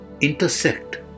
intersect